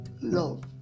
Love